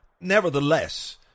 Nevertheless